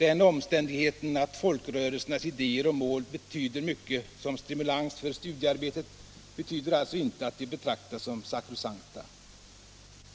Den omständigheten att folkrörelsernas idéer och mål betyder mycket som stimulans för studiearbetet betyder alltså inte att de betraktas som sakrosankta.